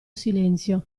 silenzio